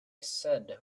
said